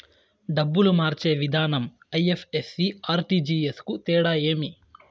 డబ్బులు మార్చే విధానం ఐ.ఎఫ్.ఎస్.సి, ఆర్.టి.జి.ఎస్ కు తేడా ఏమి?